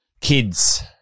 kids